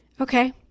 Okay